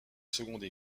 seconde